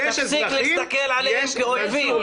תפסיק להסתכל עליהם כאויבים.